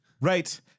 Right